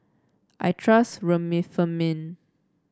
I trust Remifemin